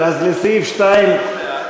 לסעיף 2(1)